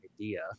idea